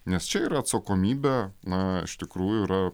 nes čia ir atsakomybė na iš tikrųjų yra